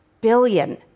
billion